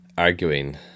arguing